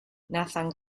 nathan